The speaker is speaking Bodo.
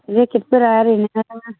जेकेतफोरा ओरैनो